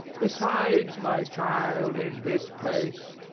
besides, my child, in this place,